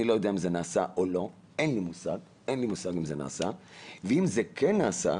אני לא יודע אם זה נעשה או לא, ואם זה כן נעשה,